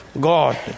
God